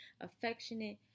affectionate